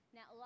Now